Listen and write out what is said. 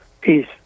peace